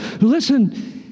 listen